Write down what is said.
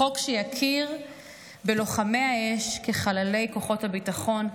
החוק שיכיר בלוחמי האש כחללי כוחות הביטחון,